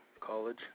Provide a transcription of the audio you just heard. College